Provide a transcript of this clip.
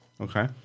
Okay